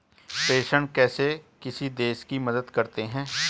प्रेषण कैसे किसी देश की मदद करते हैं?